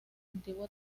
antiguo